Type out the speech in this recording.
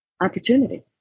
Opportunity